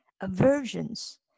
aversions